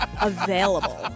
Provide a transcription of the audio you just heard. available